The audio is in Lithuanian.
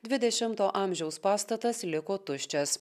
dvidešimto amžiaus pastatas liko tuščias